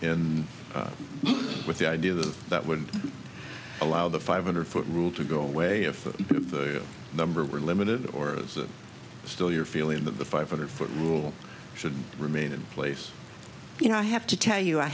in with the idea that that would allow that five hundred foot rule to go away if the number were limited or is that still your feeling that the five hundred foot rule should remain in place you know i have to tell you i